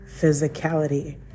physicality